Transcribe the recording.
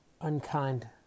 unkind